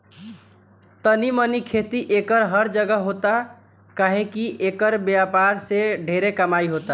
तनी मनी खेती एकर हर जगह होता काहे की एकर व्यापार से ढेरे कमाई होता